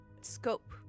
scope